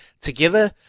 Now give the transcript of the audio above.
together